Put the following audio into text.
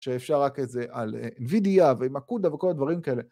שאפשר רק את זה על Nvidia ועם Acuda וכל הדברים כאלה.